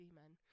men